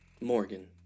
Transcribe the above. Morgan